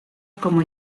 como